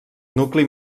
nucli